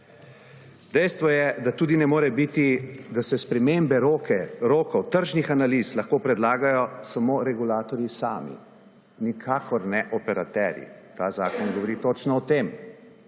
Dejstvo je, da tudi ne more biti, da se spremembe rokov tržnih analiz lahko predlagajo samo regulatorji sami nikakor ne operaterji ta zakon govori točno o tem,